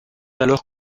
alors